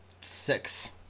six